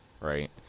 Right